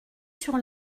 sur